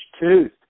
tooth